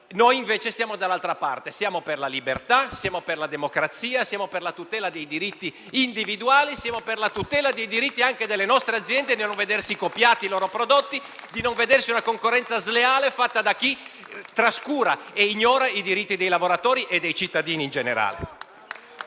Noi, invece, siamo dall'altra parte: siamo per la libertà, siamo per la democrazia, siamo per la tutela dei diritti individuali. E siamo anche per la tutela dei diritti delle nostre aziende di non vedersi copiati i propri prodotti e di non subire la concorrenza sleale fatta da chi trascura e ignora i diritti dei lavoratori e dei cittadini in generale.